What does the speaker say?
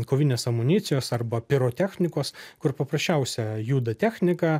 kovinės amunicijos arba pirotechnikos kur paprasčiausia juda technika